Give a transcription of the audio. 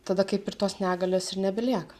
tada kaip ir tos negalios ir nebelieka